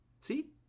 See